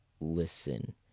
listen